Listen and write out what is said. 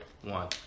one